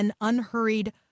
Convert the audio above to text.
Unhurried